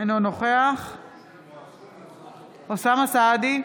אינו נוכח אוסאמה סעדי,